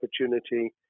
opportunity